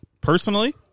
Personally